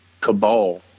cabal